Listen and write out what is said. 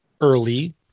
early